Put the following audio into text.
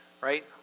Right